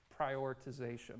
prioritization